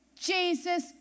Jesus